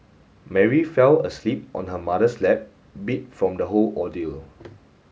Mary fell asleep on her mother's lap beat from the whole ordeal